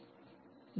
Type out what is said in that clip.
1 आहे